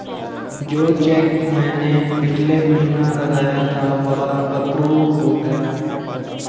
जो चैक मैंने पिछले महीना लगाया था वह अप्रूव हो गया है